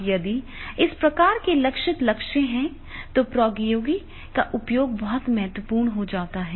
अब यदि इस प्रकार के लक्षित लक्ष्य हैं तो प्रौद्योगिकी का उपयोग बहुत महत्वपूर्ण हो जाता है